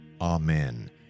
Amen